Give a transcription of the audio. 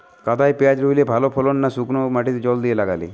কাদায় পেঁয়াজ রুইলে ভালো ফলন না শুক্নো মাটিতে জল দিয়ে লাগালে?